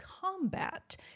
combat